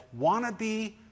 wannabe